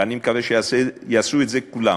ואני מקווה שיעשו את זה כולם,